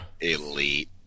Elite